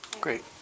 Great